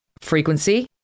frequency